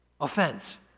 offense